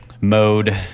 mode